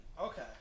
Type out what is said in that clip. Okay